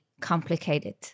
complicated